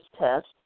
test